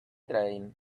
train